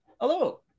Hello